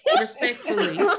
respectfully